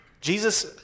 Jesus